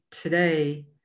today